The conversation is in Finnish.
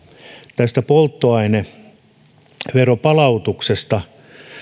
tästä polttoaineveron palautuksesta